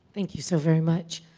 thank you so very much.